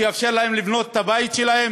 שיאפשר להם לבנות את הבית שלהם